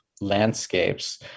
landscapes